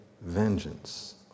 vengeance